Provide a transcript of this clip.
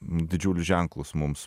didžiulius ženklus mums